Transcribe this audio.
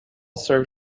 served